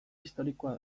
historikoa